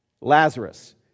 Lazarus